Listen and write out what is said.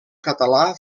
català